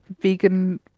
vegan